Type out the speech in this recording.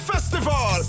Festival